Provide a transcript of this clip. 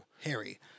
Harry